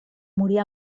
morir